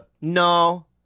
no